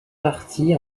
partis